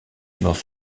dans